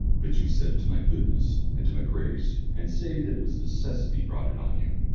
but you set it to my goodness and to my grace, and say that it was necessity brought it on you,